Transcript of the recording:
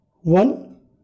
One